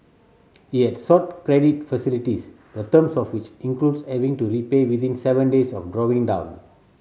he had sought credit facilities the terms of which includes having to repay within seven days of drawing down